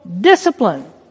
discipline